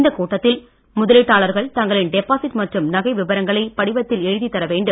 இந்த கூட்டத்தில் முதலீட்டாளர்கள் தங்களின் டெபாசிட் மற்றும் நகை விபரங்களை படிவத்தில் எழுதித் தர வேண்டும்